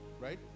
right